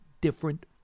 different